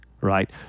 right